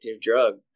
drug